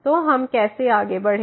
तो हम कैसे आगे बढ़ें